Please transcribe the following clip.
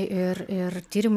ir ir tyrimai